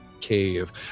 cave